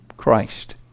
Christ